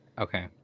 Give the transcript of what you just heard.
Okay